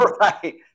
Right